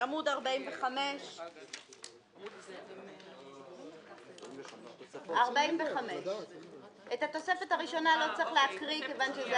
עמוד 45. את התוספת הראשונה לא צריך להקריא כיוון שזה